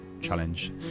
challenge